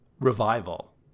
revival